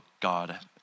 God